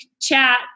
chat